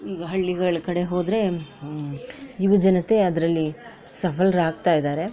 ಈಗ ಹಳ್ಳಿಗಳ ಕಡೆ ಹೋದರೆ ಯುವ ಜನತೆ ಅದರಲ್ಲಿ ಸಫಲರಾಗ್ತಾ ಇದ್ದಾರೆ